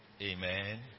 Amen